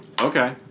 Okay